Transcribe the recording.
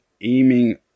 aiming